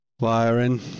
wiring